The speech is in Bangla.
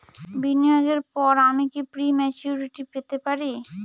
বিনিয়োগের পর আমি কি প্রিম্যচুরিটি পেতে পারি?